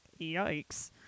yikes